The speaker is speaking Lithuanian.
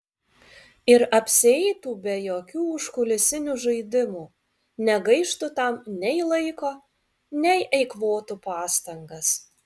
ir apsieitų be jokių užkulisinių žaidimų negaištų tam nei laiko nei eikvotų pastangas